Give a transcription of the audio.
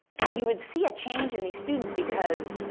you would see a change in these students because